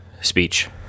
speech